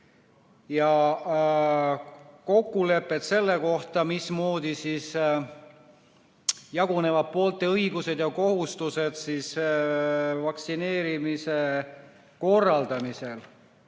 ja kokkulepped selle kohta, mismoodi jagunevad poolte õigused ja kohustused vaktsineerimise korraldamisel.